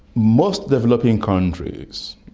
most developing countries,